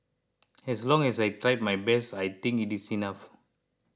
as long as I tried my best I think it is enough